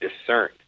discerned